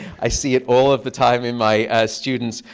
i see it all of the time in my students.